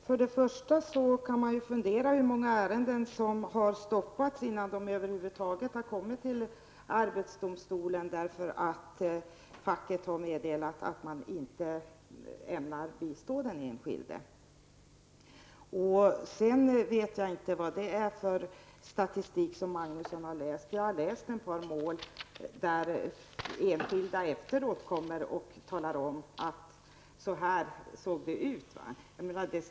Fru talman! Man kan fundera över hur många ärenden som stoppats innan de över huvud taget kommit till arbetsdomstolen, därför att facket inte velat bistå den enskilde. Sedan kan man undra vad det är för statistik som Göran Magnusson läser. Jag har exempel på mål där de enskilda efteråt har kommit och sagt att så här har det förhållit sig.